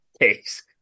Case